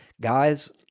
guys